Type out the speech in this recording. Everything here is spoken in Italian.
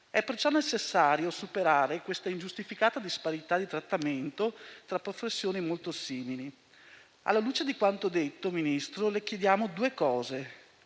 È quindi necessario superare questa ingiustificata disparità di trattamento tra professioni molto simili. Alla luce di quanto detto, Ministro, le chiediamo anzitutto